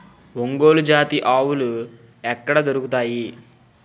ఒంగోలు జాతి ఆవులు ఎక్కడ దొరుకుతాయి?